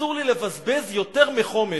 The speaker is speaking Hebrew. אסור לי לבזבז יותר מחומש.